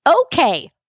Okay